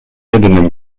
jednym